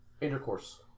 Intercourse